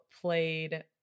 played